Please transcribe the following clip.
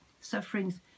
sufferings